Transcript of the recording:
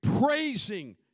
praising